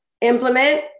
implement